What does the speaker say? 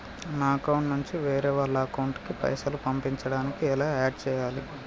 నా అకౌంట్ నుంచి వేరే వాళ్ల అకౌంట్ కి పైసలు పంపించడానికి ఎలా ఆడ్ చేయాలి?